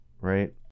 right